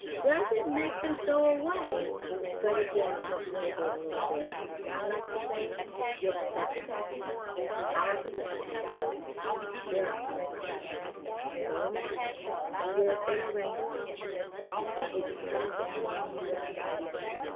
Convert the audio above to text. doesn't make them go away but again it helps mitigate a little bit and i like to say your protective factors our protective factors they're our umbrellas so imagine you're in a rain storm it's coming down on you in a mighty way.